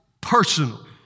personal